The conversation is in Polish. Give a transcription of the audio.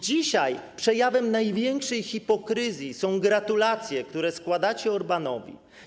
Dzisiaj przejawem największej hipokryzji są gratulacje, które składacie Orbánowi.